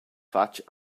fatg